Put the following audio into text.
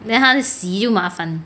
then 他洗就麻烦